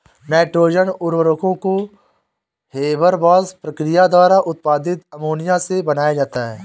nitrogen उर्वरकों को Haber Bosch प्रक्रिया द्वारा उत्पादित अमोनिया से बनाया जाता है